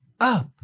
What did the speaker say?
up